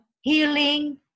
Healing